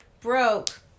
broke